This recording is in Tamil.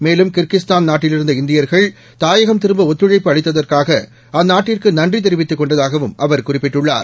மேலும் கிர்கிஸ்தான் நாட்டிலிருந்த இந்தியர்கள் தாயகம் திரும்ப ஒத்துழைப்பு அளித்ததற்காக அந்நாட்டிற்கு நன்றி தெரிவித்துக் கொண்டதாகவும் அவர் குறிப்பிட்டுள்ளார்